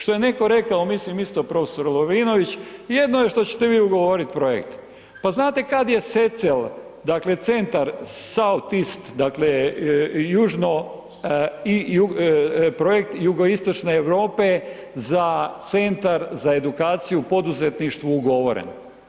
Što je netko rekao, mislim isto prof. Lovrinović, jedno je što ćete vi ugovoriti projekt, pa znate kad je SEECEL, dakle Centar Sout East, dakle južno, projekt jugoistočne Europe za Centar za edukaciju u poduzetništvu ugovoren?